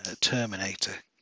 Terminator